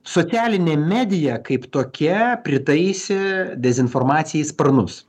socialinė medija kaip tokia pritaisė dezinformacijai sparnus